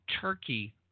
Turkey